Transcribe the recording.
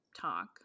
talk